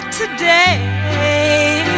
today